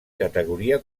categoria